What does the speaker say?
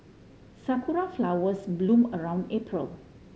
sakura flowers bloom around April